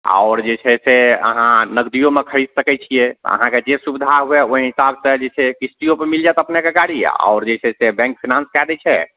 आओर जे छै से अहाँ नगदियोमे खरीद सकय छियै अहाँके जे सुविधा हुवए ओइ हिसाबसँ जे छै किस्तियोपर मिल जायत अपनेके गाड़ी आओर जे छै से बैंक फाइनांस कए दै छै